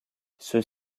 ceux